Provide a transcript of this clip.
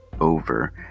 over